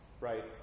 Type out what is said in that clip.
Right